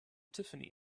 tiffany